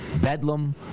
Bedlam